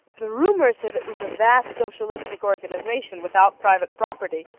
the rumors that it was a vast socialistic organization, without private property,